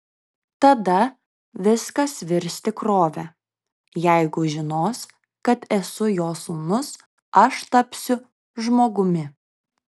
tada viskas virs tikrove jeigu žinos kad esu jo sūnus aš tapsiu žmogumi